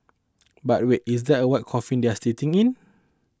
but wait is that a white coffin they are sitting in